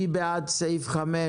מי בעד סעיף 5?